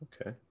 Okay